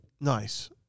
Nice